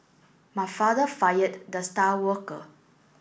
my father fired the star worker